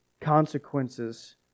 consequences